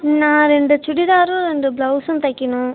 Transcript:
நான் ரெண்டு சுடிதாரும் ரெண்டு ப்ளவுஸும் தைக்கிணும்